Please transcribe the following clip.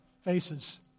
faces